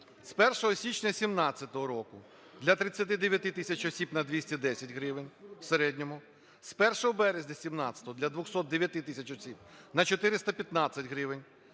З 1 січня 2017 року для 39 тисяч осіб – на 210 гривень в середньому. З 1 березня 2017-го для 209 тисяч осіб – на 415 гривень.